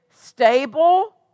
stable